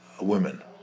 women